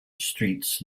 streets